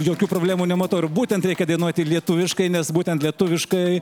jokių problemų nematau ir būtent reikia dainuoti lietuviškai nes būtent lietuviškai